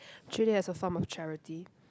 treat it as a form of charity